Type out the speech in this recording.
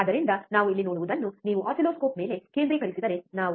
ಆದ್ದರಿಂದ ನಾವು ಇಲ್ಲಿ ನೋಡುವುದನ್ನು ನೀವು ಆಸಿಲ್ಲೋಸ್ಕೋಪ್ ಮೇಲೆ ಕೇಂದ್ರೀಕರಿಸಿದರೆ ನಾವು